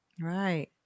Right